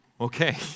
Okay